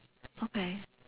okay